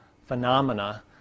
phenomena